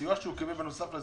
שכלל מענק הוצאות קבועות,